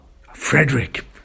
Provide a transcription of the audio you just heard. Frederick